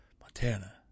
Montana